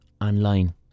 online